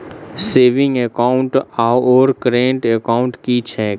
Saving account आओर current account की छैक?